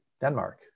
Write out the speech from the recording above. Denmark